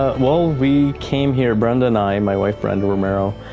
ah well, we came here, brenda and i, my wife, brenda romero,